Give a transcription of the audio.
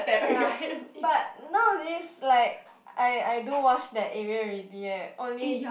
ya but nowadays like I I don't wash that area already eh only